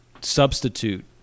substitute